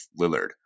Lillard